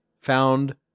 found